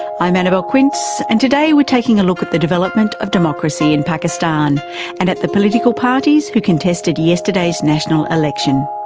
i'm annabelle quince, and today we're taking a look at the development of democracy in pakistan and at the political parties who contested yesterday's national election.